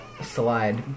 Slide